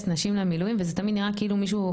נשים למילואים וזה תמיד נראה כאילו מישהו,